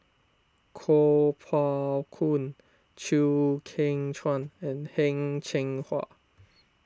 Kuo Pao Kun Chew Kheng Chuan and Heng Cheng Hwa